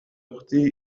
أختي